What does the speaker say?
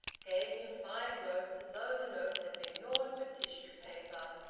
gave him five notes as though the notes had been naught but tissue paper,